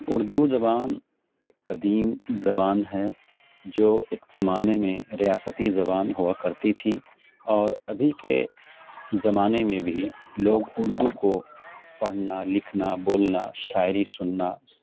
اردو زبان ایک قدیم زبان ہے جو ایک زمانے میں ریاستی زبان ہوا کرتی تھی اور ابھی کے زمانے میں بھی لوگ اردو کو پڑھنا لکھنا بولنا شاعری سننا